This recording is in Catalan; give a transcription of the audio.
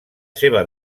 seva